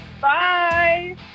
Bye